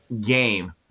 game